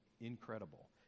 incredible